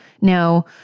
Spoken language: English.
Now